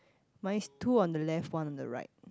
mine's two on the left one on the right